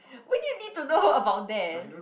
why do you need to know about that